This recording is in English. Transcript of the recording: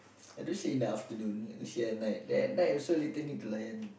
I don't sleep in the afternoon sian like that night also later need to layan